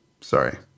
Sorry